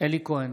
אלי כהן,